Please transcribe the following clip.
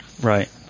Right